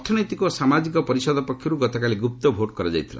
ଅର୍ଥନୈତିକ ଓ ସାମାଜିକ ପରିଷଦ ପକ୍ଷରୁ ଗତକାଲି ଗୁପ୍ତ ଭୋଟ୍ କରାଯାଇଥିଲା